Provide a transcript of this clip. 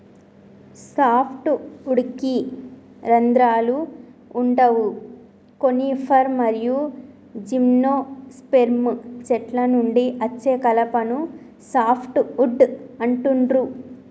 soft వుడ్కి రంధ్రాలు వుండవు కోనిఫర్ మరియు జిమ్నోస్పెర్మ్ చెట్ల నుండి అచ్చే కలపను సాఫ్ట్ వుడ్ అంటుండ్రు